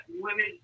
Women